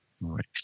Right